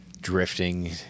drifting